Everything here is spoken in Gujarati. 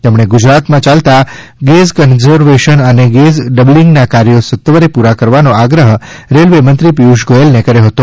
તેમણે ગુજરાતમાં યાલતા ગેજ કન્વર્ઝન અને ગેજ ડબલિંગ ના કાર્યો સત્વરે પૂરા કરવાનો આગ્રહ રેલ્વે મંત્રી પિયુષ ગોયલ ને કર્યો હતો